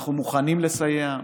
אנחנו מוכנים לסייע,